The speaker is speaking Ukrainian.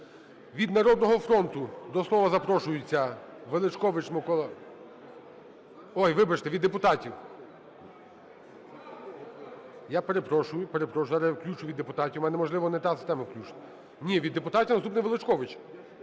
Від "Народного фронту" до слова запрошується Величкович Микола… Ой, вибачте, від депутатів. Я перепрошую. Зараз я включу від депутатів. У мене можливо не та система включена. Ні, від депутатів наступний – Величкович.